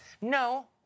No